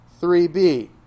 3b